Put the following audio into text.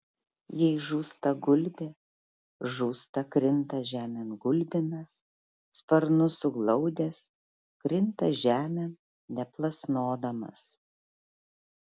jei žūsta gulbė žūsta krinta žemėn gulbinas sparnus suglaudęs krinta žemėn neplasnodamas